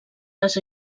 les